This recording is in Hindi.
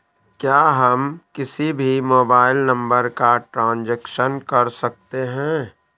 क्या हम किसी भी मोबाइल नंबर का ट्रांजेक्शन कर सकते हैं?